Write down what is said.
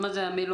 מה זה, המלונית?